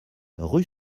rue